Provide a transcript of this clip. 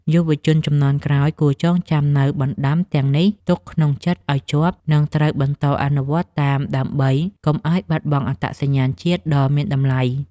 យុវជនជំនាន់ក្រោយគួរចងចាំនូវបណ្តាំទាំងនេះទុកក្នុងចិត្តឱ្យជាប់ និង ត្រូវបន្តអនុវត្តតាមដើម្បីកុំឱ្យបាត់បង់អត្តសញ្ញាណជាតិដ៏មានតម្លៃ។